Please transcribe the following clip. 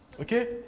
Okay